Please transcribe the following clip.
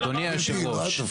אדוני יושב הראש,